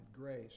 grace